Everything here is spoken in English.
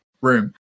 room